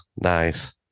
nice